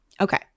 Okay